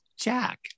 jack